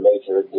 major